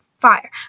fire